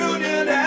Union